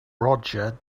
roger